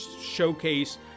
showcase